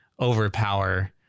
overpower